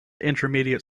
intermediate